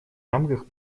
рамках